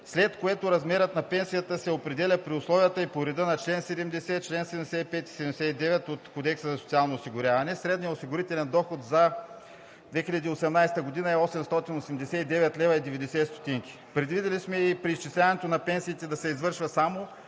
след което размерът на пенсията се определя при условията и реда на чл. 70, чл. 75 и чл. 79 от Кодекса за социално осигуряване, а средният осигурителен доход за 2018 г. е 889,90 лв. Предвидили сме преизчисляването на пенсиите да се извършва само